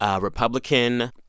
Republican